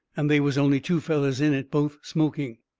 and they was only two fellers in it, both smoking.